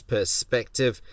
Perspective